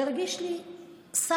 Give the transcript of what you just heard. והרגיש לי סבתא,